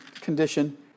condition